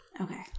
Okay